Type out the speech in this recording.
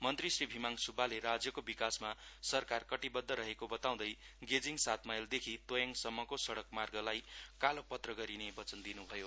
मन्त्री श्री भीमहाङ सुब्बाले राज्यको विकासमा सरकार कटिबढ्व रहेको बताउँदै गेजिङ सात माईलदेखि तोयाङसम्मको सडक मार्गलाई कालोपत्र गरिने वचन दिनुभयो